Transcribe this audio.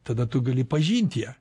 tada tu gali pažinti ją